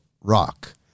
rock